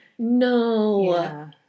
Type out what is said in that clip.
No